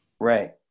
Right